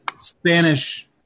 Spanish